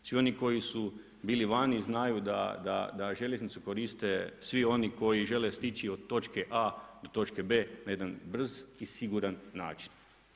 Svi oni koji su bili vani znaju da željeznicu koriste svi oni koji žele stići od točke A do točke B na jedan brz i siguran način.